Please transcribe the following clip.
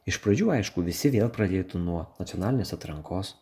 iš pradžių aišku visi vėl pradėtų nuo nacionalinės atrankos